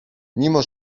mimo